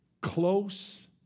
close